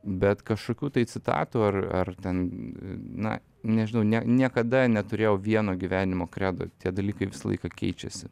bet kažkokių tai citatų ar ar ten na nežinau ne niekada neturėjau vieno gyvenimo kredo tie dalykai visą laiką keičiasi